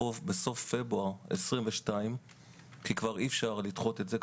בסוף פברואר 2022 נתחיל לאכוף כי כבר אי אפשר לדחות את זה,